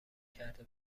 کرده